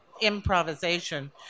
improvisation